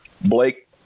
Blake